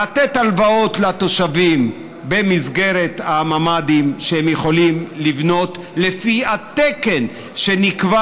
לתת הלוואות לתושבים במסגרת הממ"דים שהם יכולים לבנות לפי התקן שנקבע